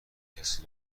کسی